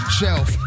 shelf